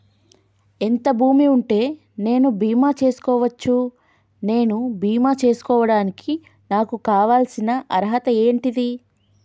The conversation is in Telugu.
ఎంత భూమి ఉంటే నేను బీమా చేసుకోవచ్చు? నేను బీమా చేసుకోవడానికి నాకు కావాల్సిన అర్హత ఏంటిది?